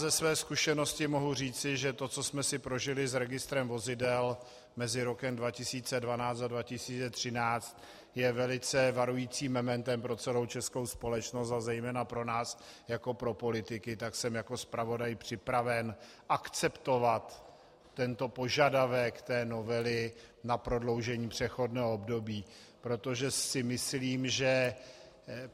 Ze své zkušenosti mohu říci, že to, co jsme si prožili s registrem vozidel mezi rokem 2012 a 2013, je velice varujícím mementem pro celou českou společnost a zejména pro nás jako pro politiky, tak jsem jako zpravodaj připraven akceptovat tento požadavek novely na prodloužení přechodného období, protože si myslím, že